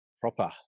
Proper